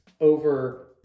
over